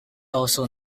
also